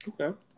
Okay